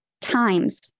times